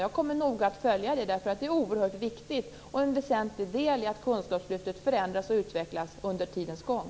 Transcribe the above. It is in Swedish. Jag kommer att noga följa detta, därför att det är oerhört viktigt och är en väsentlig del i att kunskapslyftet förändras och utvecklas under tidens gång.